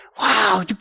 Wow